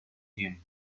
him